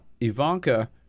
Ivanka